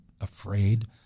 afraid